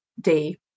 day